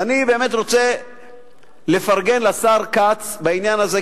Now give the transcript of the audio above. ואני באמת רוצה לפרגן לשר כץ בעניין הזה,